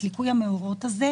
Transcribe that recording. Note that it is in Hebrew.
את ליקוי המאורות הזה,